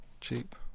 Cheap